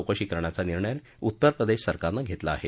चौकशी करण्याचा निर्णय उत्तरप्रदेश सरकारनं घेतला आहे